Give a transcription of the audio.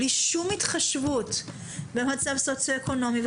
בלי שום התחשבות במצב סוציואקונומי,